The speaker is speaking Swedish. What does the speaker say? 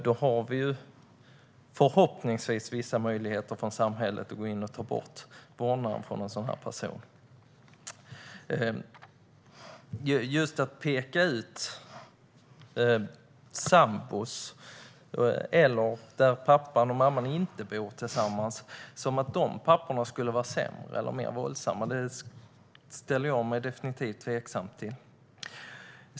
Då finns det förhoppningsvis vissa möjligheter för samhället att gå in och ta ifrån en sådan person vårdnaden om barnet. Att pappor i samboförhållanden eller i förhållanden där pappan och mamman inte bor tillsammans skulle vara sämre eller mer våldsamma ställer jag mig definitivt tveksam till.